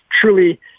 truly